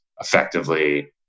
effectively